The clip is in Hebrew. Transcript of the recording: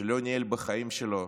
שלא ניהל בחיים שלו